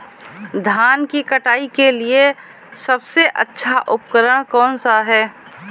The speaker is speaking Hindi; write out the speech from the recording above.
धान की कटाई के लिए सबसे अच्छा उपकरण कौन सा है?